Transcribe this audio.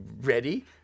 ready